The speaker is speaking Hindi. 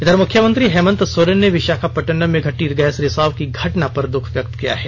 इधर मुख्यमंत्री हेमंत सोरेन ने विषाखापट्टनम में घटी गैस रिसाव की घटना पर दुख व्यक्त किया है